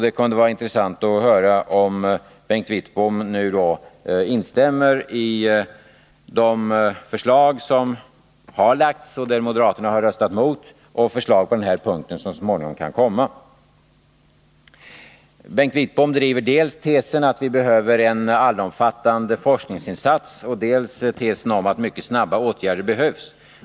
Det kunde vara intressant att få höra om Bengt Wittbom instämmer i de förslag som har lagts fram och som moderaterna röstat emot — och förslag på den här punkten som så småningom kan komma. Bengt Wittbom driver dels tesen att vi behöver en allomfattande forskningsinsats, dels tesen om att mycket snabba åtgärder behövs.